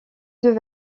deux